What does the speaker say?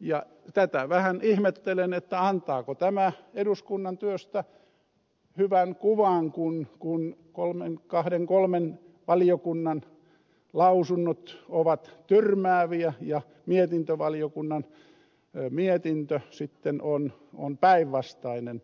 ja tätä vähän ihmettelen antaako tämä eduskunnan työstä hyvän kuvan kun kahden kolmen valiokunnan lausunnot ovat tyrmääviä ja mietintövaliokunnan mietintö sitten on päinvastainen